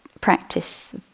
practice